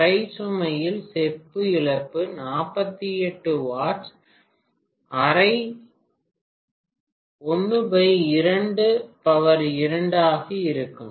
அரை சுமையில் செப்பு இழப்பு 48 W 12 2 ஆக இருக்கும்